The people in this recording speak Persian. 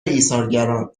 ایثارگران